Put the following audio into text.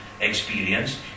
experience